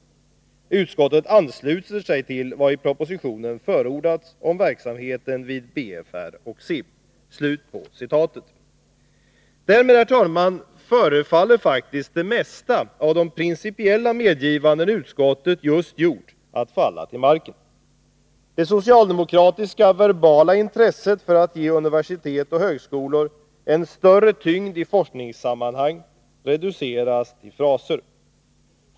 Utskottet ansluter sig till vad i propositionen förordats om verksamheten vid BFR och SIB.” Därmed, herr talman, förefaller faktiskt det mesta av de principiella medgivanden som utskottet tidigare har gjort att falla till marken. Det socialdemokratiska verbala intresset för att ge universitet och högskolor en större tyngd i forskningssammanhang reduceras till fraser.